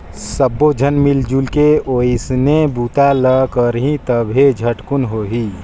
सब्बो झन मिलजुल के ओइसने बूता ल करही तभे झटकुन होही